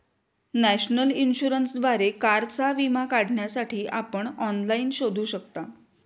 national इन्शुरन्सद्वारे कारचा विमा काढण्यासाठी आपण ऑनलाइन शोधू शकता